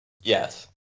Yes